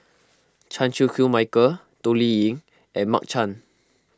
Chan Chew Koon Michael Toh Liying and Mark Chan